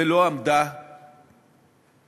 ולא עמדה בדיבורה?